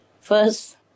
First